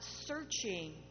searching